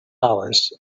hours